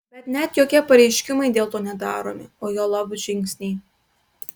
bet net jokie pareiškimai dėl to nedaromi o juolab žingsniai